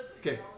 Okay